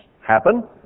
happen